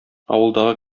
авылдагы